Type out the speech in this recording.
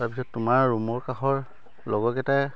তাৰপিছত তোমাৰ ৰুমৰ কাষৰ লগৰ কেইটাই